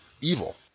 evil